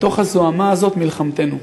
בתוך הזוהמה הזאת נטושה מלחמתנו.